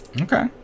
Okay